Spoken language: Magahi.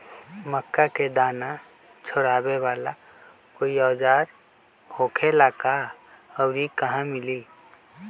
मक्का के दाना छोराबेला कोई औजार होखेला का और इ कहा मिली?